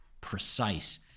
precise